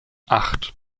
acht